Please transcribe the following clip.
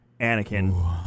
Anakin